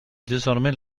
désormais